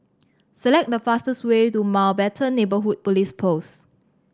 select the fastest way to Mountbatten Neighbourhood Police Post